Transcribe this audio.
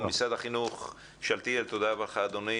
משרד החינוך שאלתיאל, תודה רבה לך אדוני,